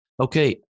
Okay